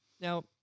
now